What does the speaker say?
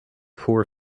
poor